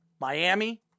Miami